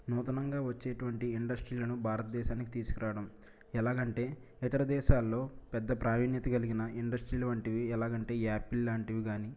నూతనంగా వచ్చేటువంటి ఇండస్ట్రీలను భారతదేశానికి తీసుకురావడం ఎలాగంటే ఇతర దేశాల్లో పెద్ద ప్రావీణ్యత కలిగిన ఇండస్ట్రీలు వంటివి ఎలాగంటే ఈ యాపిల్లాంటివి గాని